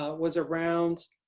ah was around